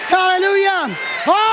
Hallelujah